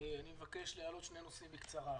אני מבקש להעלות שני נושאים בקצרה.